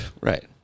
Right